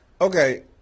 Okay